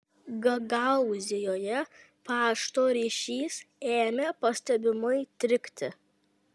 gagaūzijoje pašto ryšys ėmė pastebimai trikti